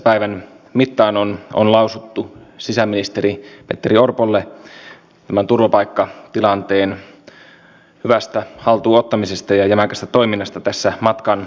ei voi olla että kaikki ohjataan valtiolta käsin ja valtio vielä rahoittaa ja siellä ei olisi mitään tehtävää